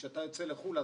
כשאתה יוצא לחו"ל,